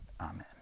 Amen